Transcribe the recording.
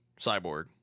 cyborg